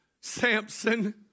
Samson